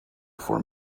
for